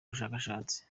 ubushakashatsi